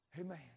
Amen